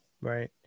Right